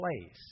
place